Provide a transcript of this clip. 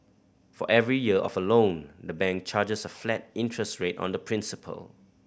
for every year of a loan the bank charges a flat interest rate on the principal